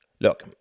Look